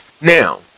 Now